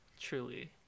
Truly